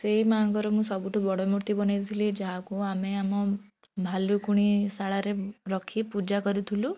ସେଇ ମାଆଙ୍କର ମୁଁ ସବୁଠାରୁ ବଡ଼ ମୂର୍ତ୍ତି ବନେଇଦେଇଥିଲି ଯାହାକୁ ଆମେ ଆମ ଭାଲୁକୁଣି ଶାଳାରେ ରଖି ପୂଜା କରୁଥିଲୁ